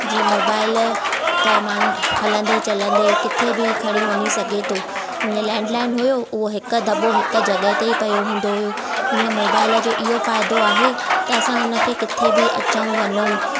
जीअं मोबाइल त माण्हू हलंदे चलंदे किथे बि खणी वञी सघे थो हीअं लेंडलाइन हुओ उहो हिकु दॿो हिकु जॻह ते ई पयो हूंदो हुओ हीअं मोबाइल इहो फ़ाइदो आहे त असां हुन खे किथे बि अचूं वञूं